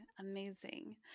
amazing